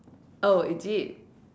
oh is it